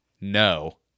no